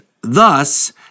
thus